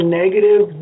negative